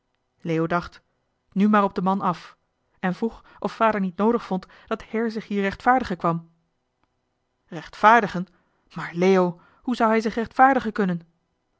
leo dacht nu maar recht op den man af en vroeg of vader niet noodig vond dat her zich hier rechtvaardigen kwam rechtvaardigen maar leo hoe zou hij zich rechtvaardigen kunnen